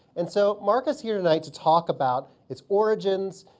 and so mark is here tonight to talk about its origins,